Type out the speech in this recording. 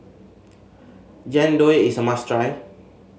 Jian Dui is a must try